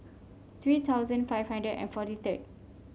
three thousand five hundred and forty third